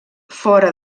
fora